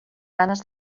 ganes